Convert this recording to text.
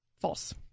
false